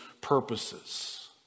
purposes